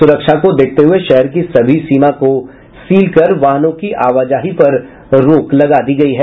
सुरक्षा को देखते हुए शहर की सभी सीमा को सील कर वाहनों की आवाजाही पर रोक लगा दी गयी है